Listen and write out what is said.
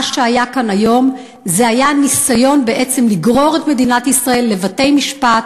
מה שהיה כאן היום זה ניסיון לגרור את מדינת ישראל לבתי-משפט,